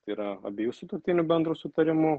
yra abiejų sutuoktinių bendru sutarimu